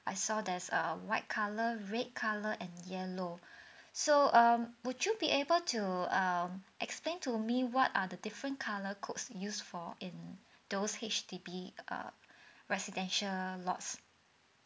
I saw there's a white colour red colour and yellow so um would you be able to um explain to me what are the different colour codes use for in those H_D_B err residential lots